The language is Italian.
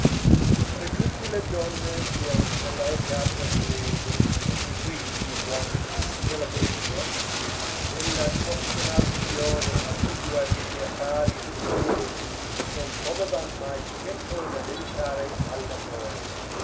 come tutte le donne di quell'odiato in cui gli uomini nella briga nella costernazione assidua degli affari rischiosi non trovavan mai tempo da dedicare